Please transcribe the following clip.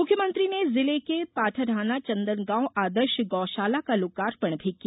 मुख्यमंत्री ने जिले के पाठाढाना चंदन गांव आदर्श गौशाला का लोकार्पण भी किया